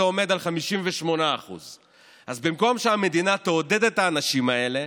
עומד על 58%. אז במקום שהמדינה תעודד את האנשים האלה,